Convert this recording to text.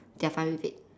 they are fine with it